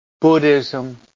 Buddhism